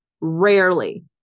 Rarely